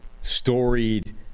storied